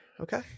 Okay